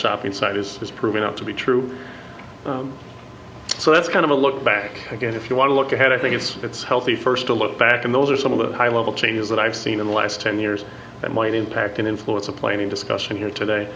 shopping site is has proven not to be true so that's kind of a look back again if you want to look ahead i think it's it's healthy first to look back and those are some of the high level changes that i've seen in the last ten years that might impact and influence a planning discussion here today